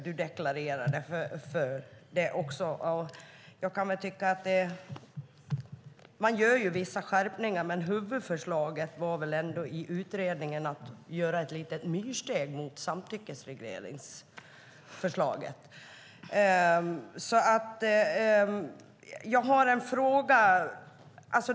Det görs vissa skärpningar, men huvudförslaget i utredningen var att ta ett litet myrsteg mot samtyckesregleringsförslaget.